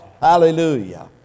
Hallelujah